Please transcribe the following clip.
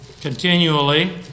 continually